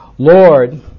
Lord